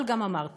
אבל גם אמרתי: